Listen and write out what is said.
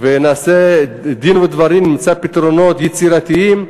ונעשה דין ודברים, נמצא פתרונות יצירתיים.